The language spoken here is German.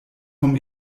vom